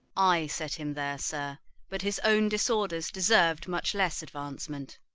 i set him there, sir but his own disorders deserv'd much less advancement.